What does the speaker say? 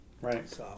right